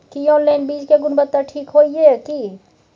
की online बीज के गुणवत्ता ठीक होय ये की?